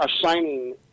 assigning